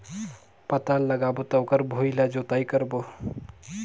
पातल लगाबो त ओकर भुईं ला जोतई करबो?